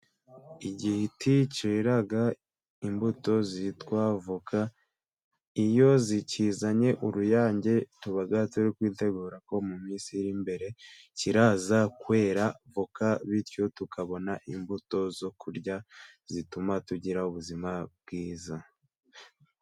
Igiti cyera imbuto zitwa voka, iyo kizanye uruyange tuba turi kwitegura ko mu minsi iri imbere kiraza kwera voka, bityo tukabona imbuto zo kurya zituma tugira ubuzima bwiza.